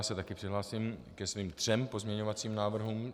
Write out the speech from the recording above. Já se taky přihlásím ke svým třem pozměňovacím návrhům.